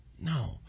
No